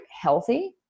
healthy